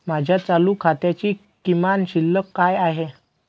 माझ्या चालू खात्याची किमान शिल्लक काय आहे?